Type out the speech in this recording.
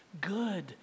good